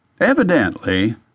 Evidently